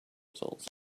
results